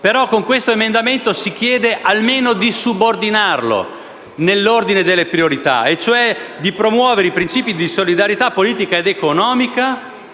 Però con questo emendamento si chiede almeno di subordinarlo nell'ordine delle priorità, e cioè di «promuovere i princìpi di solidarietà politica, economica»